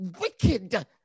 wicked